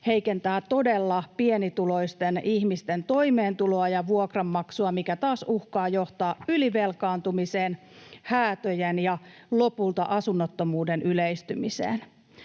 heikentää todella pienituloisten ihmisten toimeentuloa ja vuokranmaksua, mikä taas uhkaa johtaa ylivelkaantumiseen ja häätöjen ja lopulta asunnottomuuden yleistymiseen.